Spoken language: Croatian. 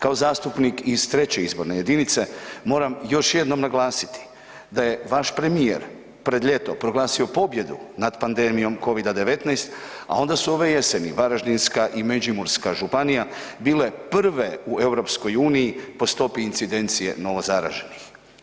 Kao zastupnik iz 3. izborne jedinice moram još jednom naglasiti da je vaš premijer pred ljeto proglasio pobjedu nad pandemijom Covida-19, a onda su ove jeseni Varaždinska i Međimurska županija bile prve u EU po stopi incidencije novo zaraženih.